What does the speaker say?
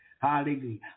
Hallelujah